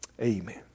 Amen